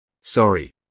Sorry